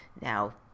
Now